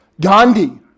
Gandhi